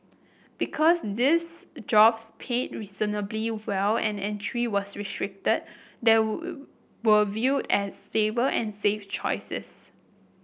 because these jobs paid reasonably well and entry was restricted they were viewed as stable and safe choices